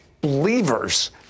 believers